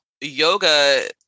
yoga